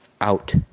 Out